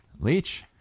leech